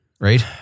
right